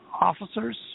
officers